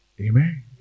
Amen